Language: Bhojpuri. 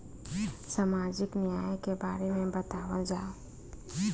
सामाजिक न्याय के बारे में बतावल जाव?